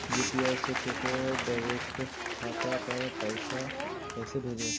UPI से केकरो direct खाता पर पैसा कैसे भेजबै?